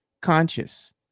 conscious